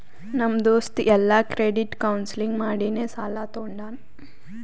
ನಮ್ ದೋಸ್ತ ಎಲ್ಲಾ ಕ್ರೆಡಿಟ್ ಕೌನ್ಸಲಿಂಗ್ ಮಾಡಿನೇ ಸಾಲಾ ತೊಂಡಾನ